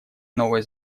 новой